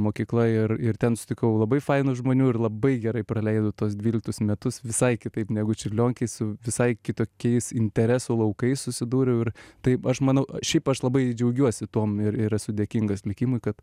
mokykla ir ir ten sutikau labai fainų žmonių ir labai gerai praleidau tuos dvyliktus metus visai kitaip negu čiurlionkėj su visai kitokiais interesų laukais susidūriau ir taip aš manau šiaip aš labai džiaugiuosi tuom ir ir esu dėkingas likimui kad